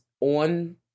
on